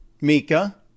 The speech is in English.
Mika